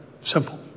simple